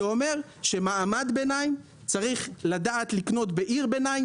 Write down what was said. זה אומר שמעמד ביניים צריך לדעת לקנות בעיר ביניים,